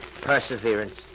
perseverance